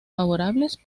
favorables